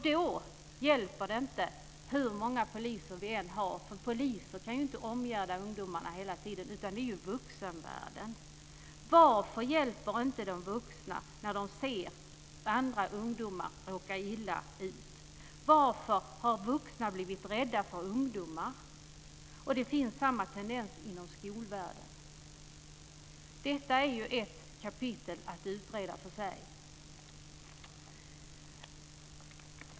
Då hjälper det inte hur många poliser vi än har. Poliser kan ju inte omgärda ungdomarna hela tiden, utan det måste vuxenvärlden göra. Varför hjälper inte de vuxna när de ser ungdomar råka illa ut? Varför har vuxna blivit rädda för ungdomar. Det är samma tendens inom skolvärlden. Detta är ett kapitel att utreda för sig.